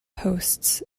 hosts